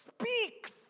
speaks